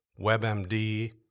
WebMD